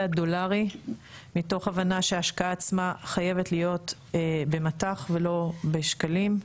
דולרי מתוך הבנה שההשקעה עצמה חייבת להיות במט"ח ולא בשקלים,